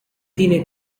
tiene